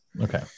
Okay